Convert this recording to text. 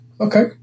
okay